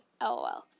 LOL